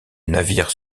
navire